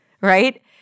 right